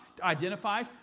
identifies